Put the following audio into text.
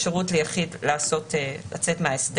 אפשרות ליחיד לצאת מההסדר.